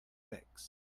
fix